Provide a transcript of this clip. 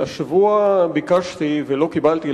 השבוע ביקשתי ולא קיבלתי,